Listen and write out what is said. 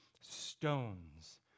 stones